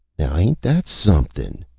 now ain't that something,